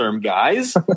guys